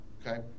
okay